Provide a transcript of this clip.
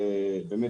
באמת,